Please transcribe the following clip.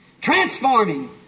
transforming